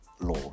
law